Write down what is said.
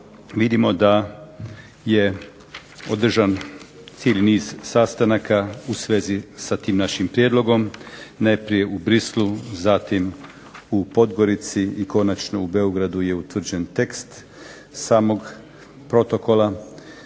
Vidimo da je održan cijeli niz sastanaka u svezi sa tim našim prijedlogom, najprije u Bruxellesu, zatim u Podgorici i konačno u Beogradu je utvrđen tekst samog protokola.